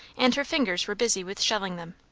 and her fingers were busy with shelling them.